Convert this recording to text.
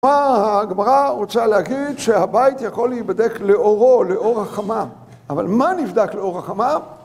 הגמרא רוצה להגיד שהבית יכול להיבדק לאורו, לאור החמה אבל מה נבדק לאור החמה?